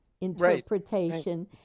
interpretation